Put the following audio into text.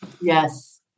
yes